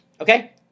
Okay